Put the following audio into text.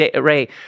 Ray